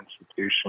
institution